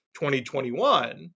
2021